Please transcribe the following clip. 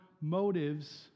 motives